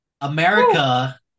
America